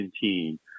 team